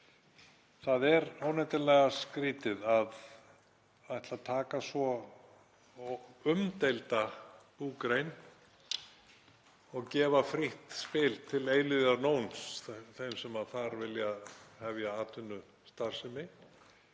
það er óneitanlega skrýtið að ætla að taka svo umdeilda búgrein og gefa frítt spil til eilífðarnóns, þeim sem þar vilja hefja atvinnustarfsemi,